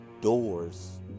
doors